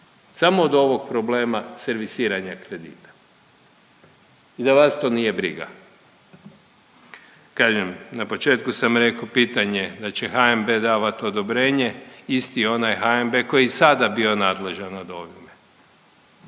samo od ovog problema servisiranja kredita i da vas to nije briga. Kažem, na početku sam rekao pitanje da će HNB davat odobrenje, isti onaj HNB koji je i sada bio nadležan nad ovime.